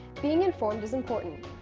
being informed is important.